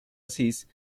asís